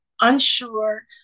unsure